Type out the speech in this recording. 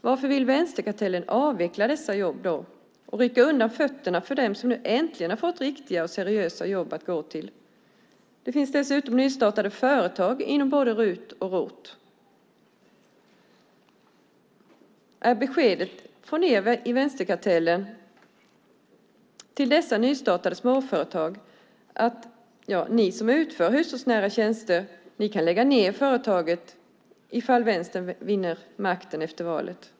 Varför vill vänsterkartellen avveckla dessa jobb och rycka undan mattan för dem som nu äntligen har fått riktiga och seriösa jobb att gå till? Det finns dessutom nystartade företag inom både RUT och ROT. Jag undrar om beskedet från er i vänsterkartellen till dessa nystartade småföretag är: Ni som utför hushållsnära tjänster kan lägga ned företaget ifall Vänstern vinner makten efter valet.